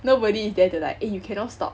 nobody is there to like eh you cannot stop